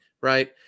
right